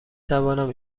توانم